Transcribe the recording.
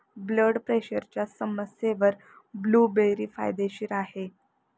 blood प्रेशरच्या समस्येवर blueberry फायदेशीर आहे